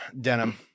denim